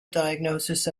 diagnosis